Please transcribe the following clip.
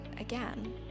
again